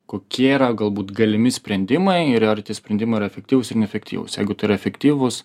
kokie yra galbūt galimi sprendimai ir ar tie sprendimai yra efektyvūs ar neefektyvūs jeigu tai yra efektyvūs